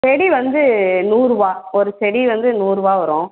செடி வந்து நூறுரூவா ஒரு செடி வந்து நூறுரூவா வரும்